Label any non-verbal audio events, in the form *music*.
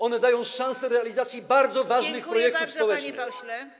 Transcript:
One dają szansę *noise* realizacji bardzo ważnych projektów społecznych.